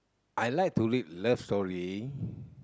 I like to read love story